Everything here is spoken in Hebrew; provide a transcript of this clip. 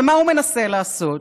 ומה הוא מנסה לעשות?